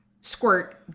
squirt